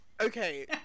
okay